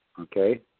Okay